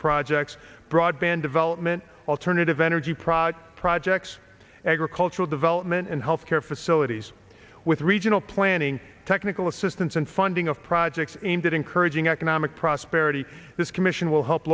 projects broadband development alternative energy projects projects agricultural development and health care facilities with regional planning technical assistance and funding of projects aimed at encouraging economic prosperity this commission will help